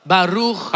Baruch